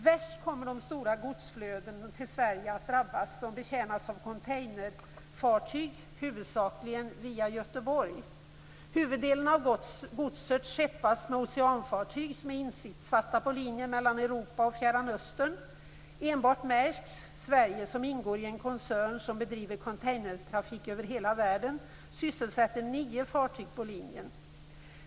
Värst kommer de stora godsflöden till Sverige som betjänas av containerfartyg, huvudsakligen via Göteborg, att drabbas. Huvuddelen av godset skeppas med oceanfartyg som är insatta på linjer mellan Europa och Fjärran Östern. Enbart Maersk Sverige, som ingår i en koncern som bedriver containertrafik över hela världen, sysselsätter nio fartyg på linjen.